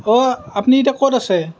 অঁ আপুনি এতিয়া ক'ত আছে